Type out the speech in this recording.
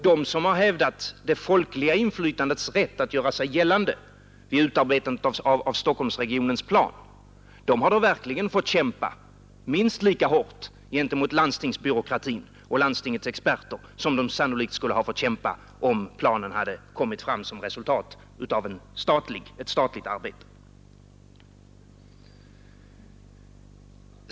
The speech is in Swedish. De som har hävdat det folkliga inflytandets rätt att göra sig gällande vid' utarbetandet av 'regionplanen för Stockholmsområdet har verkligen : fått kämpa" minst lika hårt mot landstingsbyråkrati och landstingsexperter som de sannolikt skulle ha fått göra, om planen hade kommit fram som ett resultat av ett ståtligt arbete.